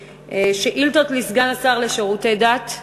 שאילתות לסגן השר לשירותי דת.